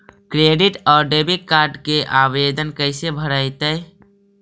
Credit और debit card के आवेदन कैसे भरैतैय?